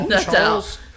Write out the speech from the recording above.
Charles